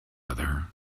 other